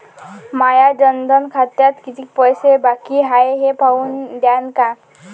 माया जनधन खात्यात कितीक पैसे बाकी हाय हे पाहून द्यान का?